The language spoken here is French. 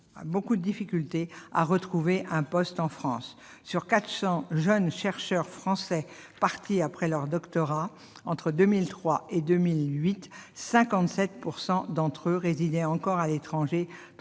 beaucoup de difficultés à retrouver un poste en France. Une étude portant sur 400 jeunes chercheurs français partis après leur doctorat entre 2003 et 2008 a montré que 57 % d'entre eux résidaient encore à l'étranger